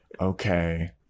okay